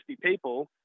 people